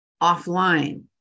offline